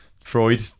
Freud